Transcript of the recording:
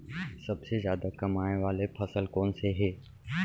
सबसे जादा कमाए वाले फसल कोन से हे?